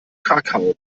krakau